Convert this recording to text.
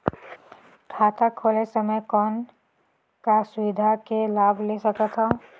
खाता खोले समय कौन का सुविधा के लाभ ले सकथव?